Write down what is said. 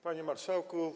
Panie Marszałku!